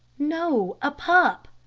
no a pup.